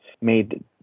made